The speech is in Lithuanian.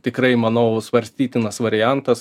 tikrai manau svarstytinas variantas